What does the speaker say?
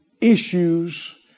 issues